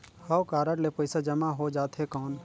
हव कारड ले पइसा जमा हो जाथे कौन?